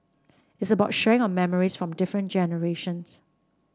it's about sharing of memories from different generations